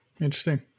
Interesting